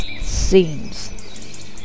scenes